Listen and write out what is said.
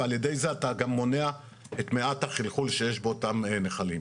ועל ידי זה אתה גם מונע את מעט החלחול שיש באותם הנחלים.